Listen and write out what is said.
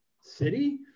city